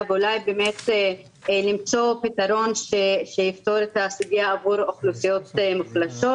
ואולי למצוא פתרון שיפתור את הסוגיה עבור אוכלוסיות מוחלשות,